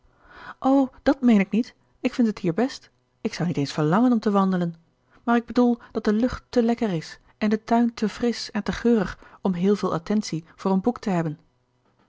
dat meen ik niet ik vind het hier best ik zou niet eens verlangen om te wandelen maar ik bedoel dat de lucht te lekker is en de tuin te frisch en te geurig om heel veel attentie voor een boek te hebben